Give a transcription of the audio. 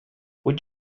would